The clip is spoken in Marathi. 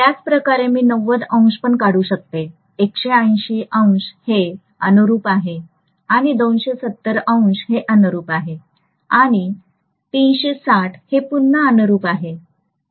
त्याच प्रकारे मी पण काढू शकते हे अनुरूप आहे आणि हे अनुरूप आहे आणि हे पुन्हा अनुरूप आहे